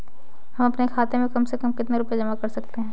हम अपने खाते में कम से कम कितने रुपये तक जमा कर सकते हैं?